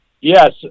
Yes